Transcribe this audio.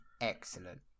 excellent